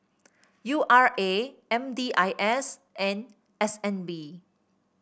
U R A M D I S and S N B